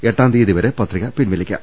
എട്ടാംതീയ്യതി വരെ പത്രിക പിൻവലിക്കാം